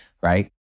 right